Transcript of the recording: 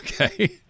Okay